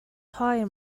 tire